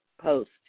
post